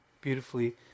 beautifully